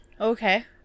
Okay